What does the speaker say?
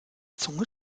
zunge